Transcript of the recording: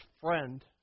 friend